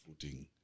footing